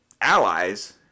allies